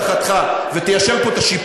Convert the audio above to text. עד שלא תעמוד בהבטחתך ותיישר פה את השיפוע,